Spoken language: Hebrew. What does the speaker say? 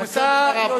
הוא מסיים את דבריו.